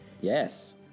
Yes